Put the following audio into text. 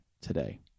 today